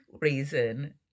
reason